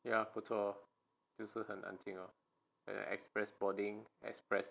ya 不错 lor 就是很安静 lor and express boarding express